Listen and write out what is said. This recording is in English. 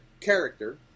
character